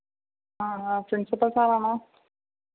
ആ അ പ്രിൻസിപ്പൽ സാറാണോ